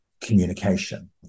communication